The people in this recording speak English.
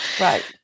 Right